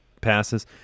passes